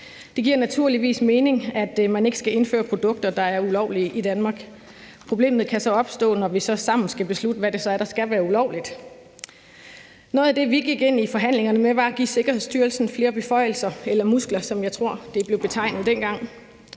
Det giver naturligvis mening, at man ikke skal indføre produkter, der er ulovlige, i Danmark. Problemet kan så opstå, når vi sammen skal beslutte, hvad det så er, der skal være ulovligt. Noget af det, vi gik ind i forhandlingerne med, var at give Sikkerhedsstyrelsen flere beføjelser eller muskler, som jeg tror det blev betegnet dengang.